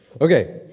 Okay